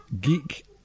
geek